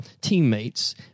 teammates